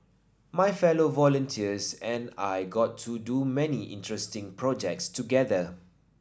my fellow volunteers and I got to do many interesting projects together